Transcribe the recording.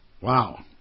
Wow